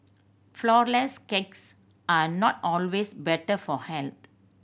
flourless cakes are not always better for health